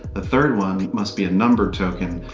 the third one must be a numbered token,